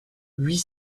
huit